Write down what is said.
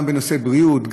גם בנושא בריאות,